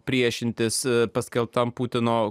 priešintis paskelbtam putino